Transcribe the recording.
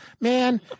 Man